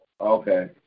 Okay